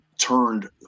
turned